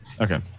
okay